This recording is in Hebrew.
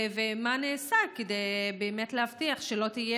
ומה נעשה כדי באמת להבטיח שלא תהיה